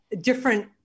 different